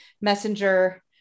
messenger